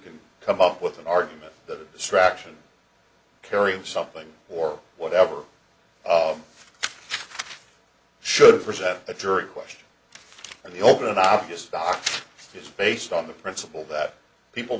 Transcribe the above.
can come up with an argument that distraction carrying something or whatever should present a jury question and the open obvious stock is based on the principle that people